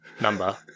number